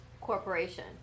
corporation